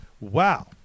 wow